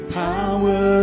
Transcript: power